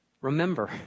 Remember